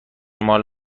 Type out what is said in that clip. مال